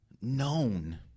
known